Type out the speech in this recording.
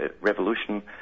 revolution